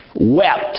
wept